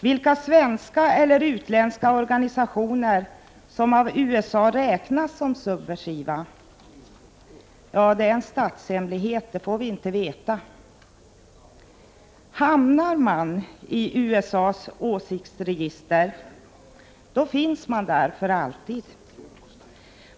Vilka svenska eller utländska organisationer som av USA räknas som subversiva är en statshemlighet, och det får vi inte veta. Om man hamnar i USA:s åsiktsregister finns man där för alltid.